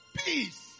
peace